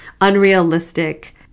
unrealistic